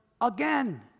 again